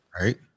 right